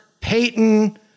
Peyton